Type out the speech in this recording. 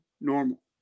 normal